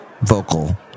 Vocal